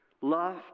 love